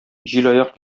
җилаяк